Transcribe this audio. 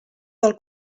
del